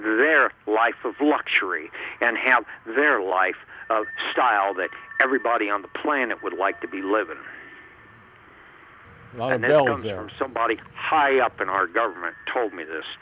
their life of luxury and have their life style that everybody on the planet would like to be living on until somebody high up in our government told me this